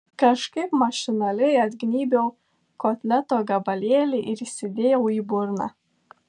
kažkaip mašinaliai atgnybiau kotleto gabalėlį ir įsidėjau į burną